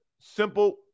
simple